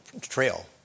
trail